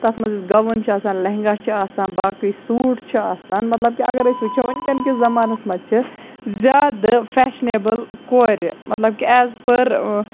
تَتھ منٛز یُس گَٮ۪وُن چھُ آسان لہنٛگا چھُ آسان باقٕے سوٗٹ چھُ آسان مطلب کہِ اَگر أسۍ وٕچھو وٕنکٮ۪ن کِس زَمانَس منٛز چھِ زیادٕ فیشنیبٕل کورِ مطلب کہِ ایز پٔر